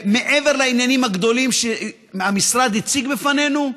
מעבר לעניינים הגדולים שהמשרד הציג בפנינו,